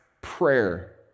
prayer